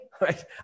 right